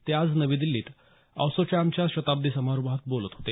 ते आज नवी दिल्लीत एसोचॅमच्या शताब्दी समारोहात बोलत होते